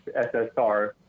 SSR